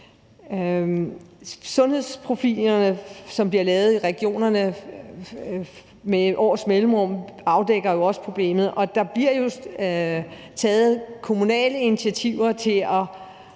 Sundhedsprofilerne, som bliver lavet i regionerne med års mellemrum, afdækker jo også problemet, og der bliver taget kommunale initiativer til at